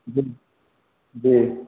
जी जी